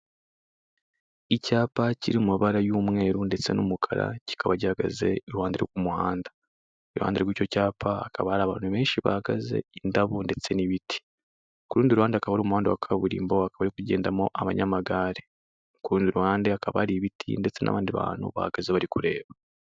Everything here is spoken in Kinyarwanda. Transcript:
Icyapa kiri mu mabara y'umweru ndetse n'umukara kikaba gihagaze iruhande rw'umuhanda . Iruhande rw'icyo cyapa hakaba Hari abantu benshi bahagaze, indabo ndetse n'ibiti ku rundi ruhande hakaba hari umuhanda wa kaburimbo, ukaba uri kugendamo n'abanyamagare ,ku rundi ruhande hakaba hari ibiti ndetse n'abandi bantu bahagaze bari kureba.